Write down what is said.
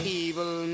evil